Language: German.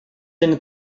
einer